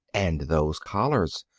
and those collars!